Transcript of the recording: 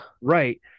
right